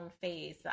phase